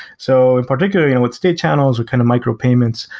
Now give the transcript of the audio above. so, and particularly, and with state channels or kind of micro payments,